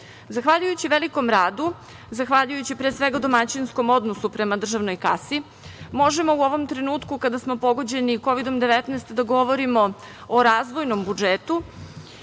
projekte. Zahvaljujući velikom radu, zahvaljujući, pre svega domaćinskom odnosu prema državnoj kasi, možemo u ovom trenutku kada smo pogođeni kovidom-19 da govorimo o razvojnom budžetu,